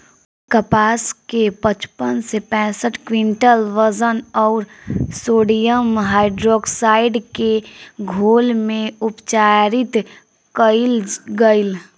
उ कपास के पचपन से पैसठ क्विंटल वजन अउर सोडियम हाइड्रोऑक्साइड के घोल में उपचारित कइल गइल